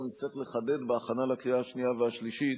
נצטרך לחדד בהכנה לקריאה השנייה והשלישית,